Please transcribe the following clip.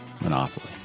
Monopoly